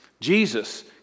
Jesus